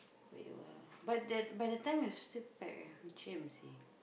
wait by the by the time it's still packed eh jam seh